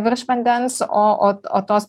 virš vandens o o o tos